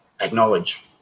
acknowledge